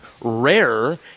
rare